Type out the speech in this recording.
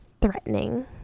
threatening